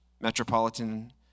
metropolitan